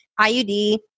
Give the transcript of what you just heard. IUD